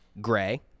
Gray